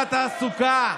בלי יכולת לקבל כלים לתעסוקה,